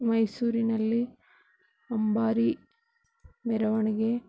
ಮೈಸೂರಿನಲ್ಲಿ ಅಂಬಾರಿ ಮೆರವಣಿಗೆ